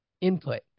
input